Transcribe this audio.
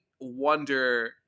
wonder